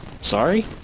sorry